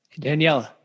Daniela